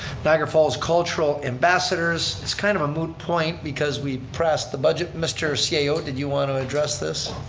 niagara falls cultural ambassadors. it's kind of a moot point because we passed the budget, mr. so cao, ah did you want to address this?